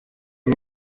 ubu